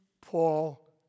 Paul